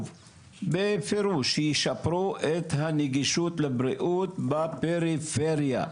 בפירוש שישפרו את הנגישות לבריאות בפריפריה.